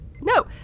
no